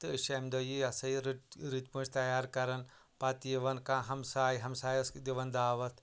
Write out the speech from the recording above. تہٕ أسۍ چھِ اَمہِ دۄہ یہِ یہِ ہَسا یہِ رٔت رٔتۍ پٲٹھۍ تیار کَران پَتہٕ یِوان کانٛہہ ہَمسایہِ ہَمسایَس دِوان دعوَت